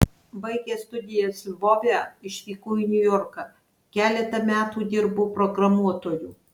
baigęs studijas lvove išvykau į niujorką keletą metų dirbau programuotoju